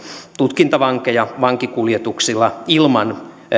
tutkintavankeja vankikuljetuksilla ilman